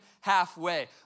halfway